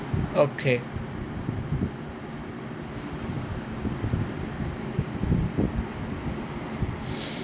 okay